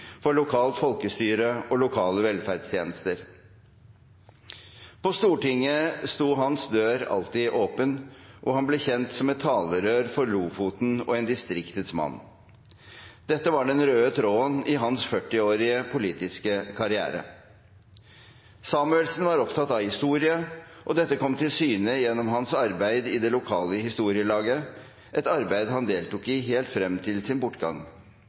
for lokalt folkestyre og for lokale velferdstjenester. På Stortinget sto hans dør alltid åpen, og han ble kjent som et talerør for Lofoten og en distriktets mann. Dette var den røde tråden i hans 40-årige politiske karriere. Samuelsen var opptatt av historie, og dette kom til syne gjennom hans arbeid i det lokale historielaget, et arbeid han deltok i helt frem til sin bortgang.